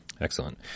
excellent